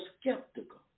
skeptical